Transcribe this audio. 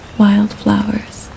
wildflowers